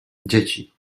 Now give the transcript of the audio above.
dzieci